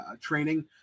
training